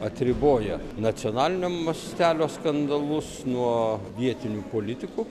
atriboję nacionalinio mąstelio skandalus nuo vietinių politikų